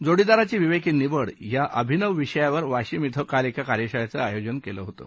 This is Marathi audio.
जोडीदाराची विवेकी निवड ह्या अभिनव विषयावर वाशिम इथं काल एका कार्यशाळेचं आयोजन केलं होतं